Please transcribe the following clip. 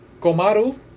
komaru